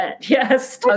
yes